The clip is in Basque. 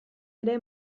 ere